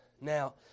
Now